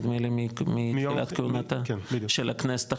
נדמה לי מתחילת כהונתה של הכנסת החדשה,